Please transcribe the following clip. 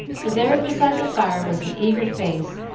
for there beside the fire was an eager face,